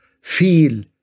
feel